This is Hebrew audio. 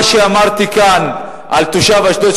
מה שאמרתי כאן על תושב אשדוד,